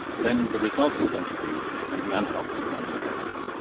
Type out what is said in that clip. then the result is going to be that you're going to be unhealthy in one way or another.